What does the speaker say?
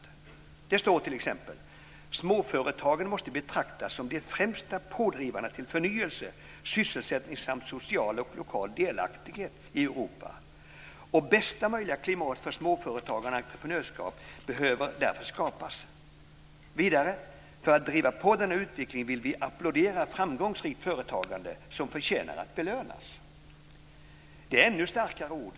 I stadgan står t.ex.: "Småföretagen måste betraktas som de främsta pådrivarna till förnyelse, sysselsättning samt social och lokal delaktighet i Europa." Det heter dessutom: "Bästa möjliga klimat för småföretagande och entreprenörskap behöver därför skapas." Vidare: "För att driva på denna utveckling vill vi applådera framgångsrikt företagande, som förtjänar att belönas." Det är starka ord.